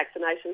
vaccinations